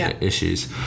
issues